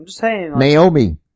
Naomi